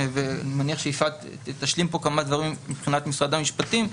ואני מניח שיפעת תשלים פה כמה דברים מבחינת משרד המשפטים,